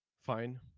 fine